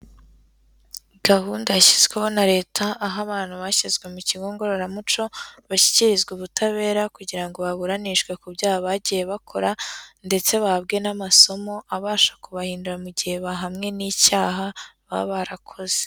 Gahunda yashyizweho na leta aho abantu bashyizwe mu kigo ngororamuco bashyikirizwa ubutabera kugira ngo baburanishwe ku byaha bagiye bakora ndetse bahabwe n'amasomo abasha kubahindura, mu gihe bahamwe n'icyaha baba barakoze.